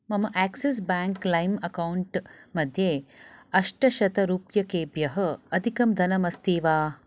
मम Axis bank लैम् account मध्ये अष्टशतरूप्यकेभ्यः अधिकं धनमस्ति वा